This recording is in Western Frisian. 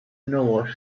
noas